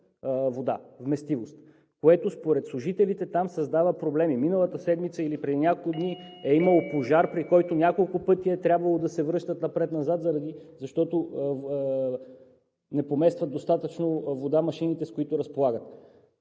вода вместимост, което според служителите създава проблеми. Миналата седмица или преди няколко дни е имало пожар, при който няколко пъти е трябвало да се връщат напред-назад, защото машините, с които разполагат,